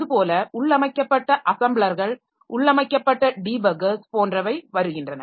அதுபோல உள்ளமைக்கப்பட்ட அசெம்பிளர்கள் உள்ளமைக்கப்பட்ட டீபக்கர்ஸ் போன்றவை வருகின்றன